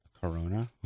Corona